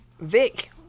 Vic